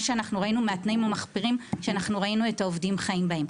שאנחנו ראינו מהתנאים המחפירים שראינו את העובדים חיים בהם.